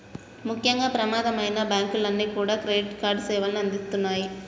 ముఖ్యంగా ప్రమాదమైనా బ్యేంకులన్నీ కూడా క్రెడిట్ కార్డు సేవల్ని అందిత్తన్నాయి